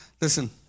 Listen